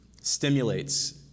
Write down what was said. stimulates